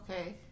okay